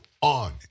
on